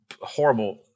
horrible